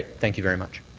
thank you very much.